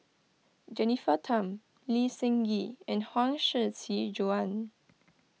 Jennifer Tham Lee Seng Gee and Huang Shiqi Joan